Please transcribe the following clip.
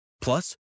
Plus